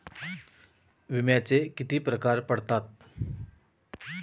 विम्याचे किती प्रकार पडतात?